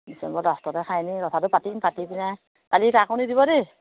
ডিচেম্বৰ লাষ্টতে খাই নি কথাটো পাতিম পাতি পিনে খালি কাকো নিদিব দেই